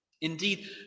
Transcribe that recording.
Indeed